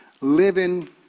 living